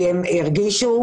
הם הרגישו,